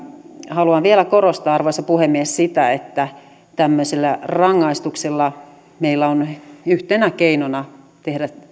haluan vielä korostaa arvoisa puhemies sitä että tämmöiset rangaistukset ovat meillä yhtenä keinona tehdä